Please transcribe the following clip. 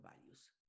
values